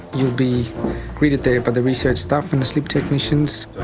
you'll be greeted there by the research staff and the sleep technicians.